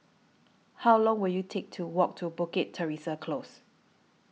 How Long Will IT Take to Walk to Bukit Teresa Close